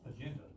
agenda